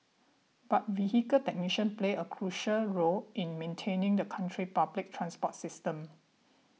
but vehicle technicians play a crucial role in maintaining the country public transport system